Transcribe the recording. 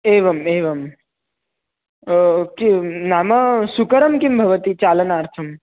एवम् एवं किं नाम सुकरं किं भवति चालनार्थम्